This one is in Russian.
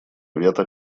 вето